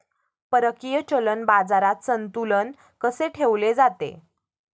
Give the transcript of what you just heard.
परकीय चलन बाजारात संतुलन कसे ठेवले जाते?